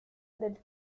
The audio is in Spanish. del